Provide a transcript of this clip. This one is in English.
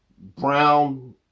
Brown